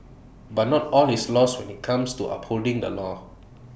but not all is lost when IT comes to upholding the law